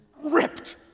ripped